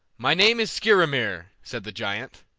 my name is skrymir, said the giant,